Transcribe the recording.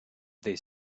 they